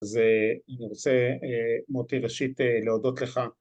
אז אני רוצה מוטי ראשית להודות לך